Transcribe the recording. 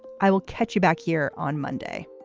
i will catch you back here on monday